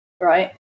right